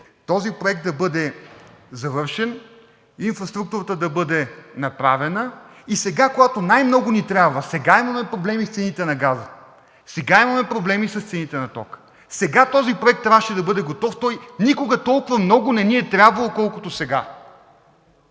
този проект да бъде завършен, инфраструктурата да бъде направена? Сега, когато най много ни трябва – сега имаме проблеми с цените на газа, сега имаме проблеми с цените на тока, сега този проект трябваше да бъде готов. Той никога толкова много не ни е трябвал, колкото сега!